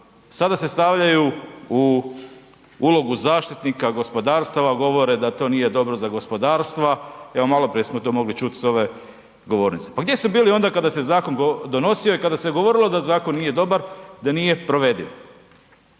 sada se stavljaju u ulogu zaštitnika gospodarstava, govore da to nije dobro za gospodarstva. Evo, maloprije smo to mogli čuti s ove govornice. Pa gdje su bili onda kada se zakon donosio i kada se govorilo da zakon nije dobar, da nije provediv?